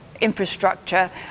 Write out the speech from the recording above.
Infrastructure